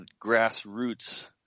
grassroots